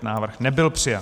Návrh nebyl přijat.